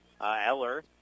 Eller